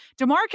Demarcus